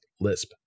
Lisp